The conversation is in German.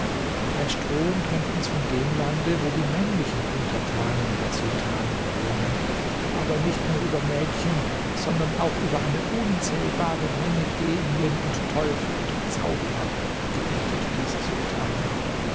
ein strom trennt uns von dem lande wo die männlichen untertanen der sultanin wohnen aber nicht nur über mädchen sondern auch über eine unzählbare menge genien und teufel und zauberer gebietet diese sultanin